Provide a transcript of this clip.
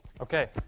Okay